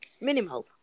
minimal